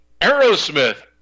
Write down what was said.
Aerosmith